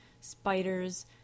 spiders